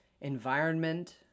environment